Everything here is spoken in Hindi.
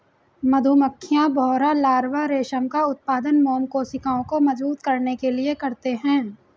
मधुमक्खियां, भौंरा लार्वा रेशम का उत्पादन मोम कोशिकाओं को मजबूत करने के लिए करते हैं